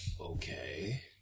Okay